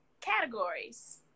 categories